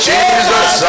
Jesus